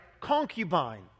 concubine